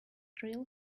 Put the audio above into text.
drill